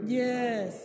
yes